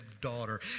daughter